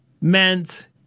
meant